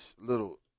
little